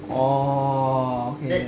oh okay